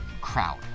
crowd